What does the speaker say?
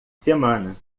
semana